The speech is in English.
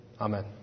Amen